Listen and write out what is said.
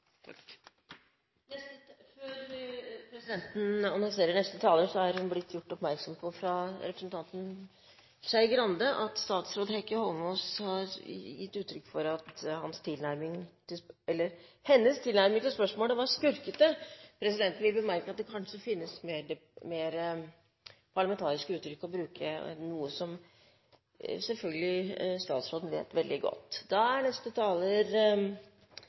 Før presidenten annonserer neste taler, er hun blitt gjort oppmerksom på fra representanten Skei Grande at statsråd Heikki Holmås har gitt uttrykk for at hennes tilnærming til spørsmålet var «skurkete». Presidenten vil bemerke at det kanskje finnes mer parlamentariske uttrykk å bruke, noe som statsråden selvfølgelig vet veldig godt.